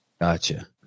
Gotcha